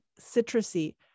citrusy